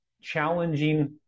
challenging